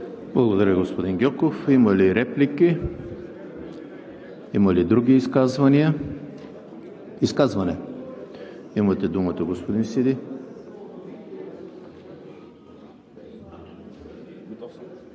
Благодаря Ви, господин Гьоков. Има ли реплики? Има ли други изказвания? Изказване? Имате думата, господин Сиди.